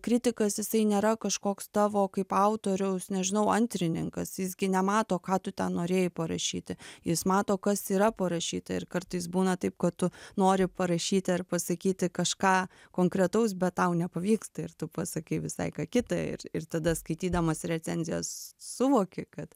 kritikas jisai nėra kažkoks tavo kaip autoriaus nežinau antrininkas jis gi nemato ką tu ten norėjai parašyti jis mato kas yra parašyta ir kartais būna taip kad tu nori parašyti ar pasakyti kažką konkretaus bet tau nepavyksta ir tu pasakai visai ką kita ir ir tada skaitydamas recenzijas suvoki kad